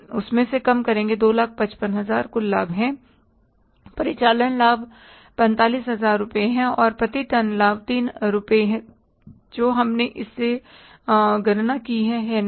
तो 300000 255000 कुल लाभ है परिचालन लाभ 45000 रुपये है और प्रति टन लाभ 3 रुपये है जो हमने इस से गणना की है है ना